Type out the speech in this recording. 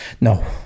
No